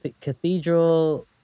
cathedral